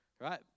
right